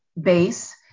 base